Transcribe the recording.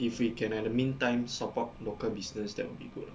if we can at the meantime support local business that would be good